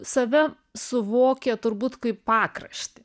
save suvokė turbūt kaip pakraštį